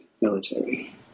military